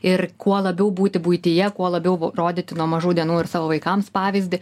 ir kuo labiau būti buityje kuo labiau rodyti nuo mažų dienų ir savo vaikams pavyzdį